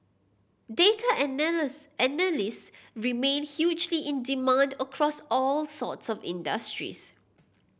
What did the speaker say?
data analyst remain hugely in demand across all sorts of industries